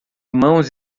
mãos